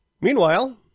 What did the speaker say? meanwhile